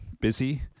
busy